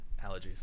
Allergies